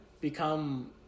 become